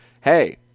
Hey